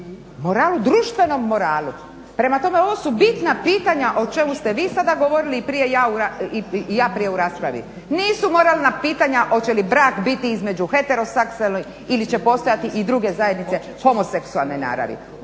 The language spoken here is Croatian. moralu, društvenom moralu. Prema tome, ovo su bitna pitanja o čemu ste vi sada govorili i ja prije u raspravi. Nisu moralna pitanja hoće li brak biti između heteroseksualnih ili će postojati i druge zajednice homoseksualne naravi.